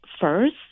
first